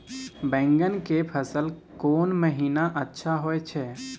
बैंगन के फसल कोन महिना अच्छा होय छै?